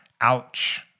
Ouch